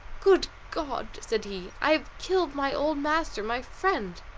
good god! said he, i have killed my old master, my friend,